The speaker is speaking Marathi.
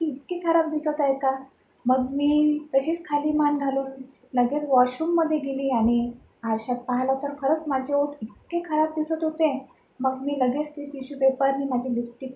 ती इतकी खराब दिसत आहे का मग मी तशीच खाली मान घालून लगेच वॉशरूममध्ये गेली आणि आरशात पाहिलं तर खरंच माझे ओठ इतके खराब दिसत होते मग मी लगेच ती टिश्यू पेपरने माझी लिपस्टिक